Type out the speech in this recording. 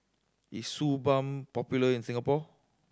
is Suu Balm popular in Singapore